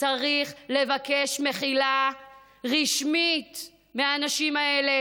צריך לבקש מחילה רשמית מהאנשים האלה,